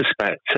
suspect